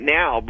now